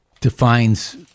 defines